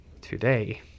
today